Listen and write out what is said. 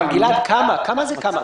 גלעד, כמה זה "כמה"?